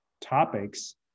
topics